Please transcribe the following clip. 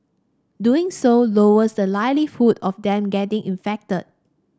doing so lowers the likelihood of them getting infected